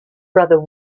brother